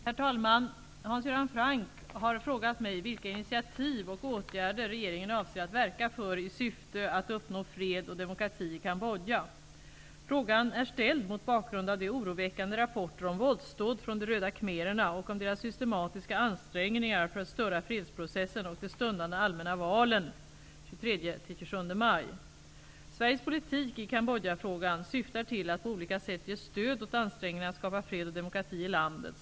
Herr talman! Hans Göran Franck har frågat mig vilka initiativ och åtgärder regeringen avser att verka för i syfte att uppnå fred och demokrati i Frågan är ställd mot bakgrund av de oroväckande rapporter om våldsdåd från de röda khmererna och om deras systematiska ansträngningar för att störa fredsprocessen och de stundande allmänna valen, den 23--27 maj. Sveriges politik i Cambodjafrågan syftar till att på olika sätt ge stöd åt ansträngningarna att skapa fred och demokrati i landet.